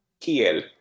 Kiel